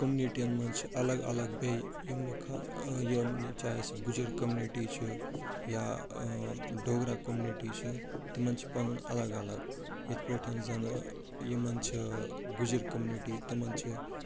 کوٚمنِٹِیَن مَنز چھ الگ الگ بیٚیہِ یِم یِم چاہے سُہ گُجِر کوٚمنِٹی چھِ یا ڈوگرا کوٚمنِٹی چھِ تِمن چھِ پَنُن الگ الگ یِتھ پٲٹھۍ زَنہٕ یِمن چھُ گُجِر کوٚمنِٹی تِمن چھِ